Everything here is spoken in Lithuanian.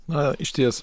na išties